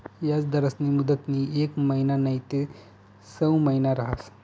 याजदरस्नी मुदतनी येक महिना नैते सऊ महिना रहास